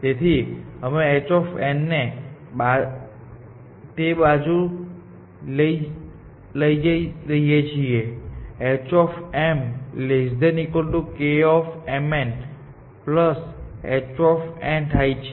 તેથી અમે h ને તે બાજુ પર લઇ જઈએ છીએ h kmn h થાય છે